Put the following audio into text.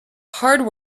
hard